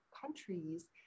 countries